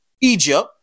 Egypt